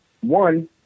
One